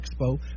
Expo